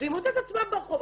והיא מוצאת את עצמה ברחוב.